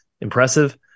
Impressive